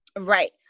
Right